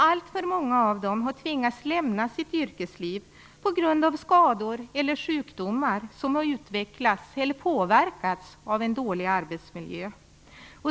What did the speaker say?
Alltför många av dem har tvingats lämna sitt yrkesliv på grund av skador eller sjukdomar som har utvecklats eller påverkats av en dålig arbetsmiljö.